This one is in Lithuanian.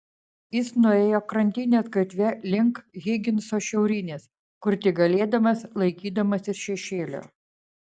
jis nuėjo krantinės gatve link higinso šiaurinės kur tik galėdamas laikydamasis šešėlio